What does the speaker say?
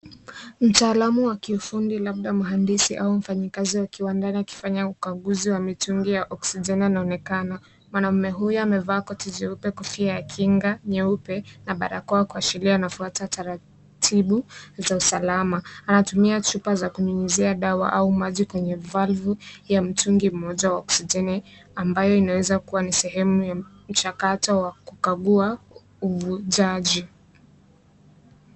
Mtaalamu wa kiufundi labda mhandisi au mfanyikazi wa kiwandani akifanya ukaguzi wa mitungi ya oxygen anaonekana mwanaume huyu amevaa koti jeupe kofia ya kinga nyeupe na barakoa kuashiria anafuata taratibu za usalama anatumia chupa za kunyunyizia dawa au maji kwenye valvu ya mtungi moja wa oxygen ambayo inaweza kuwa ni sehemu ya mchakato wa kukagua uvujaji.